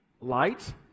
Light